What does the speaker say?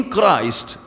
Christ